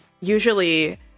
usually